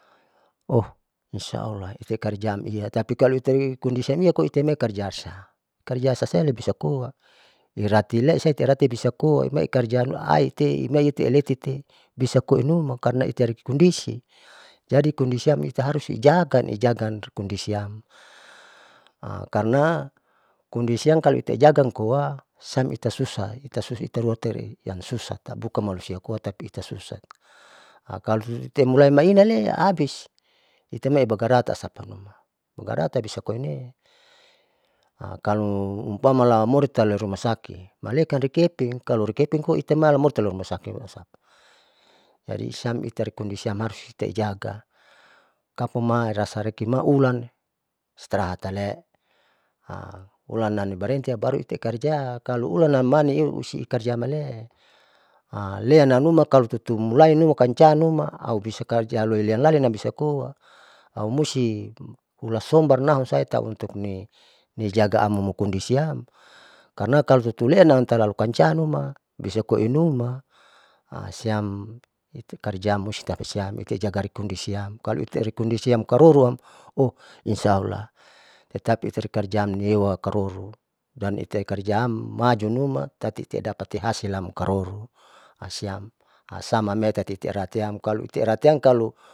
insa allah irekarjaam iatapi kalo itai kondisiam koa itame karjasa, karjasasea bisakoa iratile seirati bisakoa imaikarja aite imai te aletite bisa koinuma karna itari kondisi jadi kondisiam ita harus ijagani ijagan kondisiam karna kondisiam kalo itaijaga amkoa sam itasusah itasusa itarua itari siam susa, bukam itari malusia koa tapi itasusa kalo temulai mainale abis itamai ibagara san bagara tabisakoine kalo umpama lamori tahu roiluma sakit malekan rikepin kalo rikepin koa itai malan mota lumusa jadi siam itarikondisiam harus itaijaga, kapuma rasale ukima ulan strahat ale ulan nanibaretia baru itaikarja, kaloulan nama musti ikarja malee leam namnuma kalo tutu mulainuma kancam numa aubisa karja amloi lalinam bisa koaaumusti ulasombar nahusala untukni nijagaam mumukondisiam, karna kalo tutuleam talalukancam numa bisa koinuma siam itakarja musti talasiam amoitaijaga kondisiam kaloitaikondisiam karoroam ohinsa allah tetapi itaikarjaam nieuwa karoru dan itaikarjaam majunuma tati tia idapat ihasilnam karoruahsiam asamame tati aratiam kaloiratiam kalo.